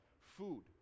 Food